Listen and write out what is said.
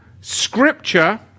Scripture